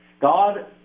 God